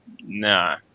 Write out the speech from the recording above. nah